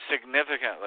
significantly